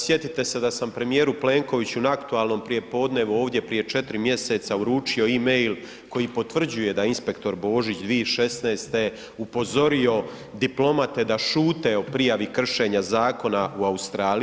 Sjetite se da sam premijeru Plenkoviću na aktualnom prijepodnevu ovdje prije 4 mjeseca uručio e-mail koji potvrđuje da inspektor Božić 2016.upozorio diplomate da šute o prijavi kršenje zakona o u Australiji.